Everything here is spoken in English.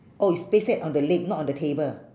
oh it's pasted on the leg not on the table